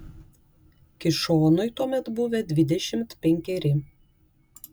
kišonui tuomet buvę dvidešimt penkeri